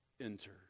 enter